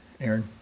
Aaron